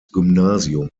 gymnasiums